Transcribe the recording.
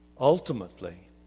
ultimately